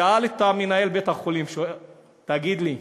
שאל את מנהל בית-החולים: תגיד לי,